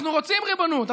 אנחנו רוצים ריבונות,